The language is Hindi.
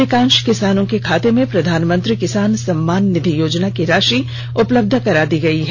अधिकांष किसानों के खाते में प्रधानमंत्री किसान सम्मान निधि योजना की राषि उपलब्ध करा दी गयी है